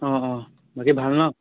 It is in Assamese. অঁ অঁ বাকি ভাল ন